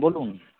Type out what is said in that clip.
বলুন